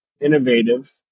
innovative